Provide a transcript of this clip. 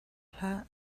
hlah